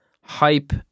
hype